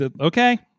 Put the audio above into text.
okay